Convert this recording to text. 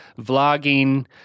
vlogging